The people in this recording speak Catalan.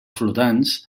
flotants